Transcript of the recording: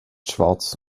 schwarz